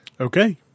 okay